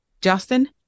Justin